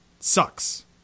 sucks